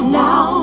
now